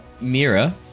Mira